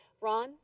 Ron